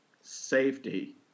safety